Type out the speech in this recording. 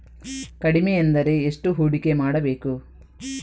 ಕಡಿಮೆ ಎಂದರೆ ಎಷ್ಟು ಹೂಡಿಕೆ ಮಾಡಬೇಕು?